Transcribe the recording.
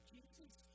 Jesus